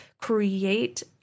Create